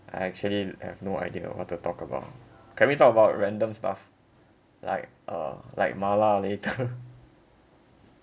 I actually have no idea what to talk about can we talk about random stuff like uh like mala later